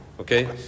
Okay